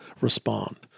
respond